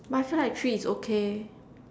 but I feel like three is okay